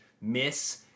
miss